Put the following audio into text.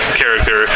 character